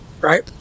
right